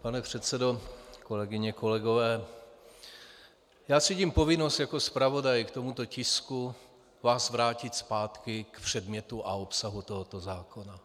Pane předsedo, kolegyně, kolegové, já cítím povinnost jako zpravodaj k tomuto tisku vás vrátit zpátky k předmětu a obsahu tohoto zákona.